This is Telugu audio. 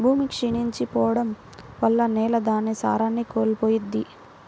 భూమి క్షీణించి పోడం వల్ల నేల దాని సారాన్ని కోల్పోయిద్ది